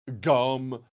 Gum